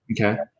Okay